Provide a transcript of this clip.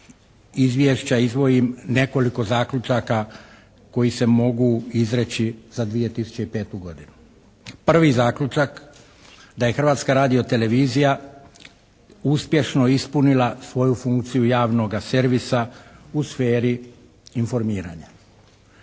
izvješća izdvojim nekoliko zaključaka koji se mogu izreći za 2005. godinu. Prvi zaključak da je Hrvatska radio-televizija uspješno ispunila svoju funkciju javnoga servisa u sferi informiranja.